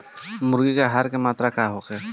मुर्गी के आहार के मात्रा का होखे?